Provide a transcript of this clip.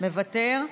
מוותר.